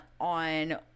on